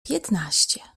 piętnaście